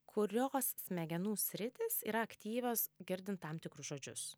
kurios smegenų sritys yra aktyvios girdint tam tikrus žodžius